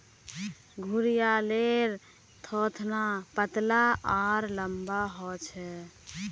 घड़ियालेर थथोना पतला आर लंबा ह छे